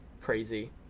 crazy